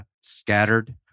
scattered